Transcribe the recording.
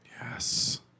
Yes